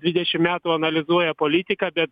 dvidešim metų analizuoja politiką bet